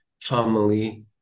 family